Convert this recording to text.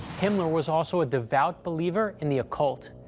himmler was also a devout believer in the occult.